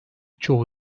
çoğu